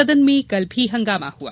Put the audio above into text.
सदन में कल भी हंगामा हुआ